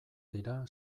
dira